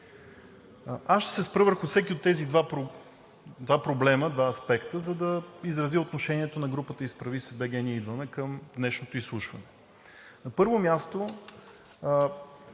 Аз ще се спра върху всеки от тези два проблема – два аспекта, за да изразя отношението на групата „Изправи се БГ! Ние идваме!“ към днешното изслушване. На първо място,